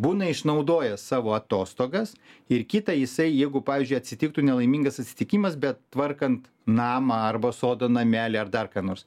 būna išnaudojęs savo atostogas ir kita jisai jeigu pavyzdžiui atsitiktų nelaimingas atsitikimas bet tvarkant namą arba sodo namelį ar dar ką nors